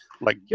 like-